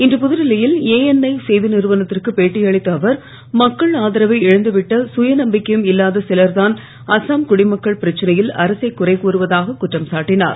இன்று புதுடில்லி யில் ஏஎன்ஐ செய்தி நிறுவனத்திற்கு பேட்டியளித்த அவர் மக்கள் ஆதரவை இழந்துவிட்ட கயநம்பிக்கையும் இல்லாத சிலர்தான் அஸ்ஸாம் குடிமக்கள் பிரச்சனையில் அரசைக் குறைகூறுவதாகக் குற்றம் சாட்டினுர்